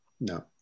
no